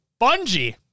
Bungie